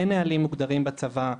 אין נהלים מוגדרים בצבא,